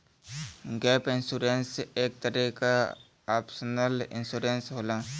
gap insurance एक तरे क ऑप्शनल इंश्योरेंस होला